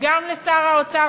גם לשר האוצר,